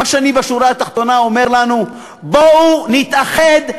מה שאני בשורה התחתונה אומר לנו: בואו נתאחד,